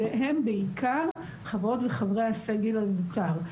והם בעיקר חברות וחברי הסגל הזוטר.